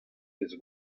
eus